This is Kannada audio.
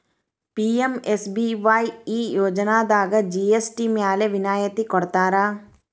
ಪಿ.ಎಂ.ಎಸ್.ಬಿ.ವಾಯ್ ಈ ಯೋಜನಾದಾಗ ಜಿ.ಎಸ್.ಟಿ ಮ್ಯಾಲೆ ವಿನಾಯತಿ ಕೊಡ್ತಾರಾ